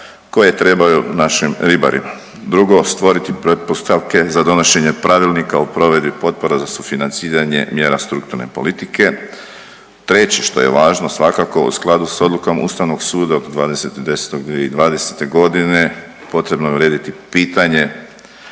koje trebaju našim ribarima. Drugo, stvoriti pretpostavke za donošenje Pravilnika o provedbi potpora za sufinanciranje mjera strukturne politike. Treće što je važno svakako u skladu s odlukom ustavnog suda od 20.10.2020.g. potrebno je urediti pitanje